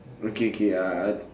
okay okay uh